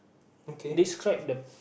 okay